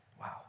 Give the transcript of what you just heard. wow